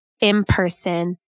in-person